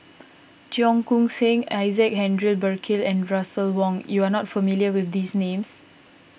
Cheong Koon Seng Isaac Henry Burkill and Russel Wong you are not familiar with these names